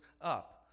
up